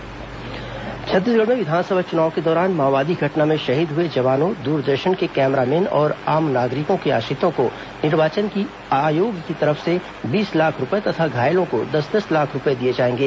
विधानसभा निर्वाचन अनुग्रह राशि छत्तीसगढ़ में विधानसभा चुनाव के दौरान माओवादी घटना में शहीद हुए जवानों दूरदर्शन के कैमरामैन और आम नागरिकों के आश्रितों को निर्वाचन आयोग की तरफ से बीस लाख रूपए तथा घायलों को दस दस लाख रूपए दिए जाएंगे